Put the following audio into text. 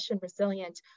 resilient